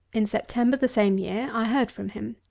in september, the same year, i heard from him,